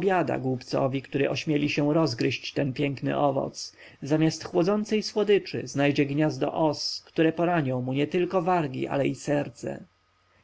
biada głupcowi który ośmieli się rozgryźć ten piękny owoc zamiast chłodzącej słodyczy znajdzie gniazdo os które poranią mu nietylko wargi ale i serce